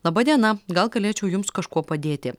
laba diena gal galėčiau jums kažkuo padėti